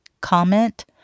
comment